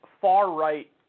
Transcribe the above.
far-right